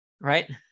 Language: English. Right